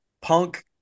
Punk